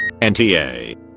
NTA